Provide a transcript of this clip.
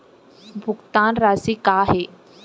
भुगतान राशि का हे?